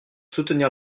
soutenir